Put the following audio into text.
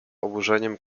oburzeniem